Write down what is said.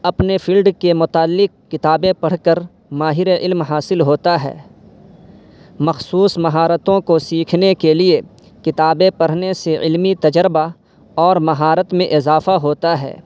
اپنے فیلڈ کے متعلق کتابیں پڑھ کر ماہر علم حاصل ہوتا ہے مخصوص مہارتوں کو سیکھنے کے لیے کتابیں پڑھنے سے علمی تجربہ اور مہارت میں اضافہ ہوتا ہے